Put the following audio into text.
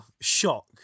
shock